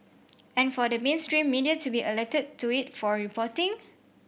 and for the mainstream media to be alerted to it for reporting